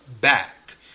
back